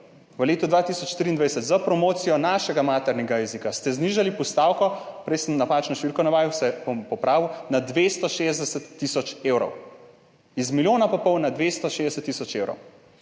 v letu 2023 za promocijo našega maternega jezika ste znižali postavko, prej sem navajal napačno številko, se bom popravil, na 260 tisoč evrov. Z milijona in pol na 260 tisoč evrov.